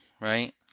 right